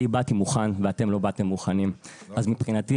אני באתי מוכן ואתם לא באתם מוכנים, אז מבחינתי